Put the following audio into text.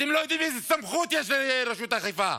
אתם לא יודעים איזו סמכות יש לרשות האכיפה,